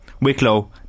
Wicklow